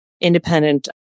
independent